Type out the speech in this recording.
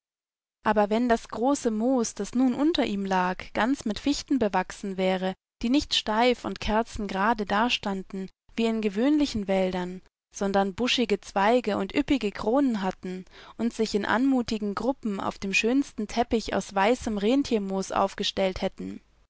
aber wenn das große moos das nun unter ihm lag ganz mit fichten bewachsen wäre die nicht steif und kerzengerade daständen wie in gewöhnlichen wäldern sondern buschige zweige und üppige kronen hätten und sich in anmutigen gruppen auf dem schönsten teppich aus weißem renntiermoos aufgestellt hätten